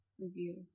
review